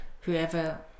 whoever